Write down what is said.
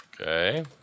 Okay